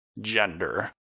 Gender